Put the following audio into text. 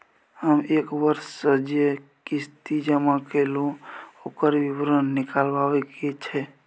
हम एक वर्ष स जे किस्ती जमा कैलौ, ओकर विवरण निकलवाबे के छै?